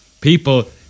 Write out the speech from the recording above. People